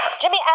Jimmy